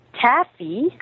taffy